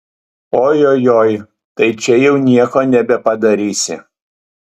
ojojoi tai čia jau nieko nebepadarysi